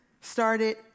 started